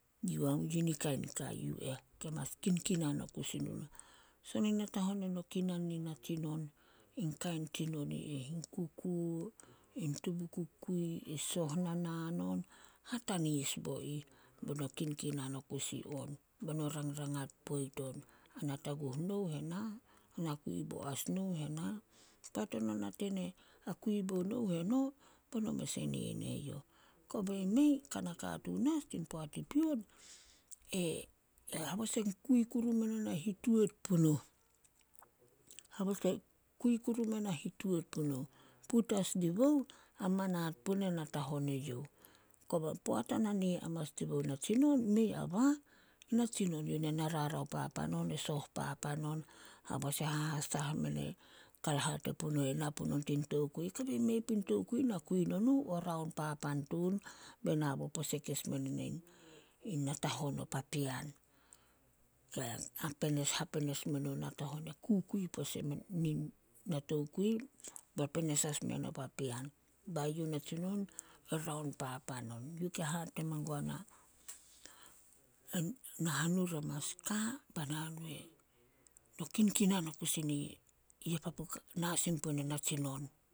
Yi ni kain ka yu eh, ke mas kinkinan o kusi no nuh. Son in natahon eno kinan nin natsinon, in kain tsinon i eh. In kukuo, tubu kukui, e soh nanaan on. Hatanis bo ih be no kinkinan o kusi on, be no rangrangat poit on. Ana taguh nouh ena, ana kui bo as nouh ena. Poat eno nate ne ana kui bo nouh eno, be no mes e nee ne youh. Kobe mei, kana katuun as tin poat i pion, e habos e kui kuru mena hitout punuh, habos e kui mena hitout punuh, put as dibouh a manat punai natahon e youh. Koba poat ana nee amanas dibouh natsinon, mei a bah, natsinon yu nen na rarao papan on, e soh panan on, habos e hahasah mene hate punuh e na punon tin tokui, kobe mei puin tokui na kui no nuh, o raon papan tun be nabo pose keis natahon o papean. Hapenes me nouh natahon e kukui pose nin na tokui be penes as meno papean. bai youh natsinon e raon papan on. Youh ke hate mengua na, nahanu ra mas ka, bai nahanu e kinkinan o kusi ni ya papu na sin punin natsinon.